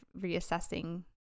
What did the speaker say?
reassessing